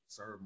Sir